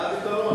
מה הפתרון?